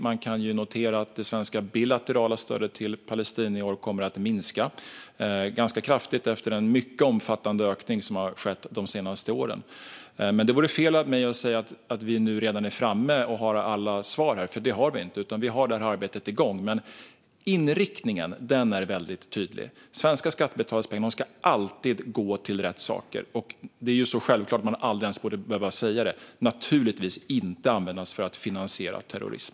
Man kan notera att det svenska bilaterala stödet till Palestina i år kommer att minska ganska kraftigt efter den mycket omfattande ökning som har skett under de senaste åren. Det vore dock fel av mig att säga att vi nu redan är framme och har alla svar, för det har vi inte. Men arbetet är igång. Inriktningen är väldigt tydlig: Svenska skattebetalares pengar ska alltid gå till rätt saker och - det är så självklart att man inte ens ska behöva säga det - naturligtvis inte användas för att finansiera terrorism.